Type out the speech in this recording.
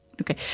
Okay